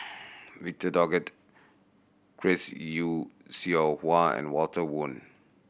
Victor Doggett Chris Yeo Siew Hua and Walter Woon